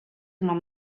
bring